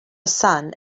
son